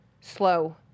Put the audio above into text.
slow